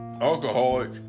alcoholic